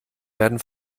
werden